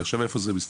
עכשיו איפה זה מסתדר?